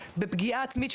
בפגיעה עצמית,